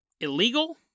illegal